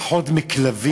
שהם פחות מכלבים?